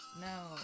No